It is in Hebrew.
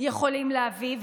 יכולים להביא,